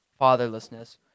fatherlessness